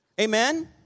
Amen